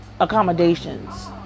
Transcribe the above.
accommodations